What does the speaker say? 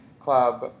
club